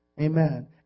Amen